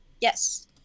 Yes